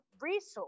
resource